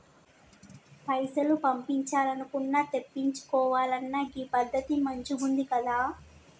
పైసలు పంపించాల్నన్నా, తెప్పిచ్చుకోవాలన్నా గీ పద్దతి మంచిగుందికదా